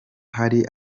hari